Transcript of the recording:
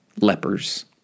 lepers